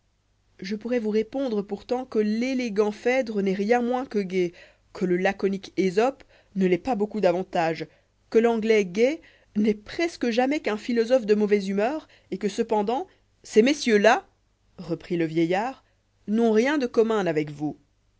je pourrais vous répondre pourtant que l'élégant phèdre n'estrienmoins que gai que le laconique esope ne l'est pas beaucoup davantage cruel'anglaisgayn'estpresque ao de la fable jamais qu'un philosophe cfe mauvaise humeur et que cependant ces messieurs-là reprit le vieillard n'ont rien de commun avec vous